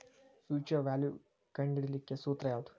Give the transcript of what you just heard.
Future value ಕಂಢಿಡಿಲಿಕ್ಕೆ ಸೂತ್ರ ಯಾವ್ದು?